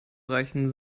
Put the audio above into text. reichen